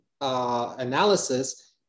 Analysis